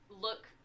look